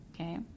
Okay